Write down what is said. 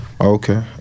Okay